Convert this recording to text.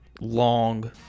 long